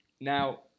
Now